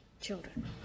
children